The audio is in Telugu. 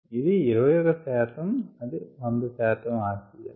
ఇది 21 శాతం అది 100 శాతం ఆక్సిజన్